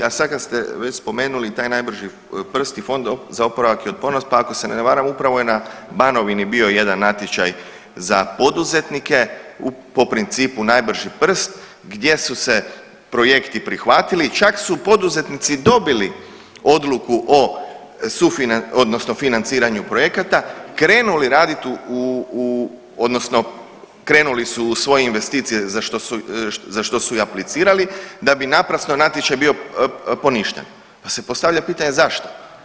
A sad kad ste već spomenuli taj najbrži prst i Fond za oporavak i otpornost pa ako se ne varam upravo je na Banovini bio jedan natječaj za poduzetnike po principu najbrži prst gdje su se projekti prihvatili i čak su poduzetnici dobili odluku o financiranju projekata, krenuli raditi odnosno krenuli su u svoje investicije za što su i aplicirali da bi naprosto natječaj bio poništen, pa se postavlja pitanje zašto.